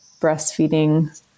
breastfeeding